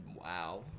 Wow